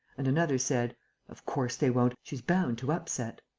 and another said of course they won't! she's bound to upset!